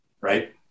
right